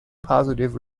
positive